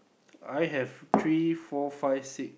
I have three four five six